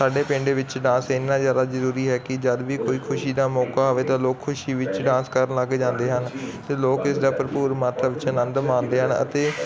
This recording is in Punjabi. ਸਾਡੇ ਪਿੰਡ ਵਿੱਚ ਨਾ ਸੇਨਾ ਜ਼ਿਆਦਾ ਜਰੂਰੀ ਹੈ ਕਿ ਜਦ ਵੀ ਕੋਈ ਖੁਸ਼ੀ ਦਾ ਮੌਕਾ ਹੋਵੇ ਤਾਂ ਲੋਕ ਖੁਸ਼ੀ ਵਿੱਚ ਡਾਂਸ ਕਰਨ ਲੱਗ ਜਾਂਦੇ ਹਨ ਅਤੇ ਲੋਕ ਇਸਦਾ ਭਰਪੂਰ ਮਾਤਰਾ ਵਿੱਚ ਆਨੰਦ ਮਾਣਦੇ ਹਨ ਅਤੇ